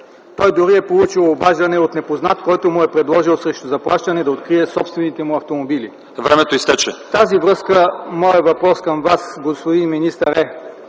Той дори е получил обаждане от непознат, който му е предложил срещу заплащане да открие собствените му автомобили. В тази връзка моят въпрос към Вас, господин министър, е: